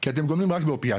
כי אתם גומלים רק באופיאטים,